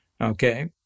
okay